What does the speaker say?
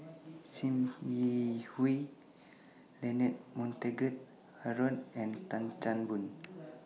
SIM Yi Hui Leonard Montague Harrod and Tan Chan Boon